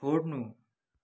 छोड्नु